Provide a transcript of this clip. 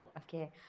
Okay